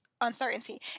uncertainty